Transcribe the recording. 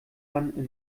man